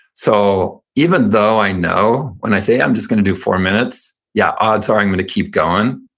so even though i know when i say i'm just going to do four minutes, yeah, odds are i'm going to keep going,